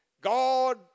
God